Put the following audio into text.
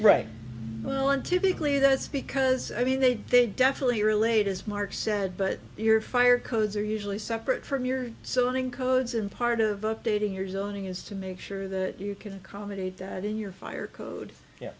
right well i'm typically that's because i mean they they definitely relate as mark said but your fire codes are usually separate from your son in codes and part of updating your zoning is to make sure that you can accommodate that in your fire code